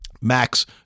Max